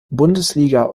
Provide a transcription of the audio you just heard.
bundesliga